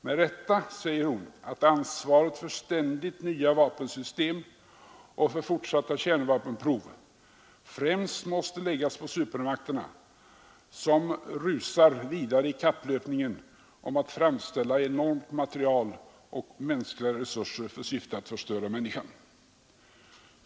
Med rätta säger hon, att ansvaret för ständigt nya vapensystem och för fortsatta kärnvapenprov främst måste läggas på supermakterna, som rusar vidare i kapplöpningen om att framställa enormt material och mänskliga resurser för syftet att förstöra människan.